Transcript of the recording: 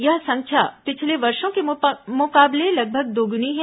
यह संख्या पिछले वर्षों के मुकाबले लगभग दोगुनी है